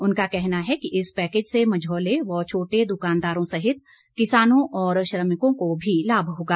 उनका कहना है कि इस पैकेज से मंझोले व छोटे दुकानदारों सहित किसानों और श्रमिकों को भी लाम होगा